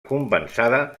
compensada